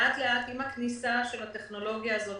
ועם הכניסה של הטכנולוגיה הזאת,